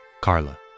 Carla